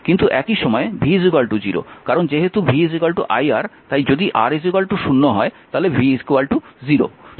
কিন্তু একই সময়ে v 0 কারণ যেহেতু v iR তাই যদি R 0 হয় তাহলে v 0